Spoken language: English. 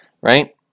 right